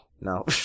no